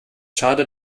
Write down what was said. schade